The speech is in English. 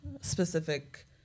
specific